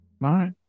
right